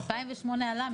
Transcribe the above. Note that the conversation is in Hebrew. ב-2008 עלה המשבר.